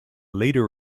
leader